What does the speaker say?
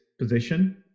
position